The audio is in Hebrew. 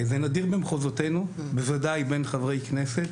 זה נדיר במחוזותינו, בוודאי בין חברי כנסת.